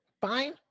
Fine